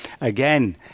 again